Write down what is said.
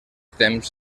temps